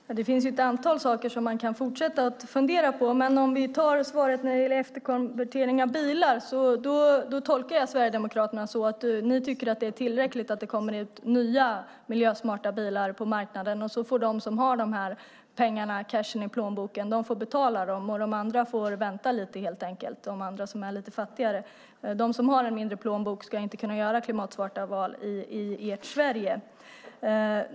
Fru talman! Det finns ett antal saker man kan fortsätta att fundera på, men om vi tar svaret när det gäller efterkonvertering av bilar tolkar jag det som att Sverigedemokraterna tycker att det är tillräckligt att det kommer ut nya miljösmarta bilar på marknaden. De som har cash i plånboken får betala för dem, och de som är lite fattigare får helt enkelt vänta lite. De som har en mindre plånbok ska inte kunna göra klimatsmarta val i ert Sverige.